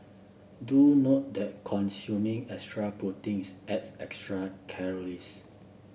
do note that consuming extra proteins adds extra calories